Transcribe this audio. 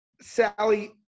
Sally